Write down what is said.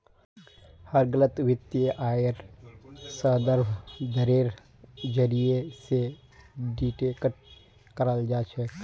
हर गलत वित्तीय आइर संदर्भ दरेर जरीये स डिटेक्ट कराल जा छेक